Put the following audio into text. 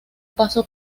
paso